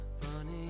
Funny